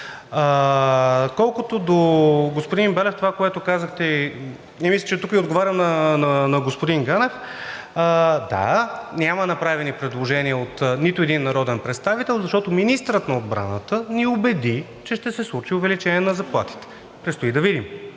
Колкото до господин Белев, това, което казахте, а мисля, че и тук отговарям на господин Ганев – да, няма направени предложения от нито един народен представител, защото министърът на отбраната ни убеди, че ще се случи увеличение на заплатите. Предстои да видим.